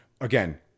again